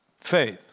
Faith